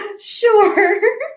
Sure